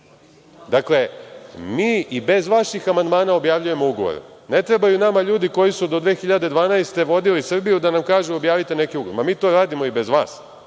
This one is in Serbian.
mi i bez vaših amandmana objavljujemo ugovore. Ne trebaju nama ljudi koji su do 2012. godine vodili Srbiju da nam kažu – objavite neki ugovor, ma mi to radimo i bez vas